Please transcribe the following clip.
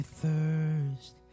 thirst